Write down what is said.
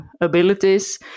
abilities